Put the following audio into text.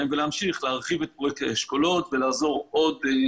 ולהמשיך להרחיב את פרויקט האשכולות ולעזור עוד.